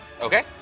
Okay